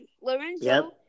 Lorenzo